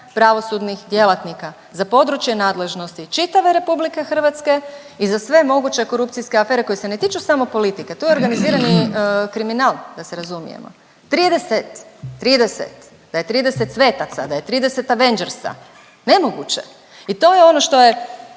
pravosudnih djelatnika za područje nadležnosti čitave Republike Hrvatske i za sve moguće korupcijske afere koji se ne tiču samo politike. To je organizirani kriminal da se razumijemo. 30, da je trideset svetaca, da je trideset avengersa nemoguće. I to je ono što je